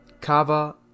Kava